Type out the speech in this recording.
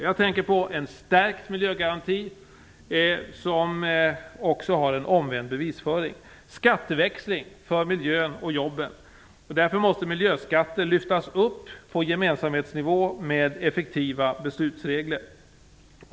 Jag tänker på en stärkt miljögaranti - också med omvänd bevisföring - och på skatteväxling för miljön och jobben. Därför måste frågan om miljöskatter lyftas upp på gemensamhetsnivå med effektiva beslutsregler.